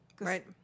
Right